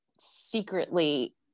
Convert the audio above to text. secretly